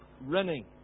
running